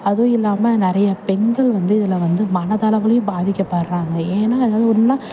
அதுவும் இல்லாமல் நிறைய பெண்கள் வந்து இதில் வந்து மனதளவுலேயும் பாதிக்கப்படுறாங்க ஏன்னா ஏதாவது ஒன்றுனா